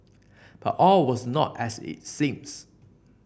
but all was not as it seemed